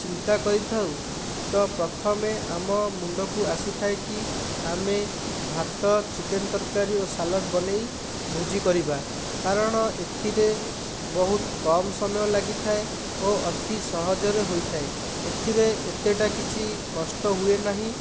ଚିନ୍ତା କରିଥାଉ ତ ପ୍ରଥମେ ଆମ ମୁଣ୍ଡକୁ ଆସିଥାଏ କି ଆମେ ଭାତ ଚିକେନ୍ ତରକାରୀ ଓ ସାଲଡ଼୍ ବନେଇ ଭୋଜି କରିବା କାରଣ ଏଥିରେ ବହୁତ କମ୍ ସମୟ ଲାଗିଥାଏ ଓ ଅତି ସହଜରେ ହୋଇଥାଏ ଏଥିରେ ଏତେଟା କିଛି କଷ୍ଟ ହୁଏ ନାହିଁ